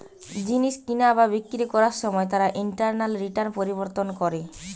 জিনিস কিনা বা বিক্রি করবার সময় তার ইন্টারনাল রিটার্ন পরিবর্তন করে